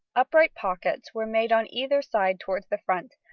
upright pockets were made on either side towards the front,